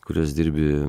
kurios dirbi